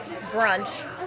brunch